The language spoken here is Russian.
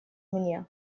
мне